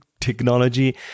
technology